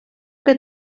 que